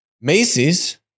Macy's